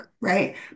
right